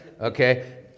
Okay